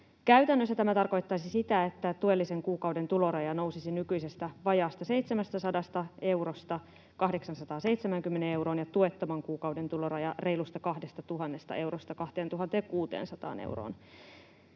Käytännössä tämä tarkoittaisi sitä, että tuellisen kuukauden tuloraja nousisi nykyisestä vajaasta 700 eurosta 870 euroon ja tuettavan kuukauden tuloraja reilusta 2 000 eurosta 2 600 euroon.